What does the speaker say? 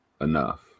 enough